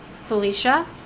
felicia